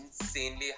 insanely